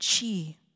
chi